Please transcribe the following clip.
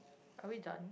are we done